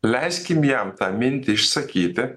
leiskim jam tą mintį išsakyti